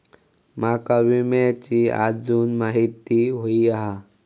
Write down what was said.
माका विम्याची आजून माहिती व्हयी हा?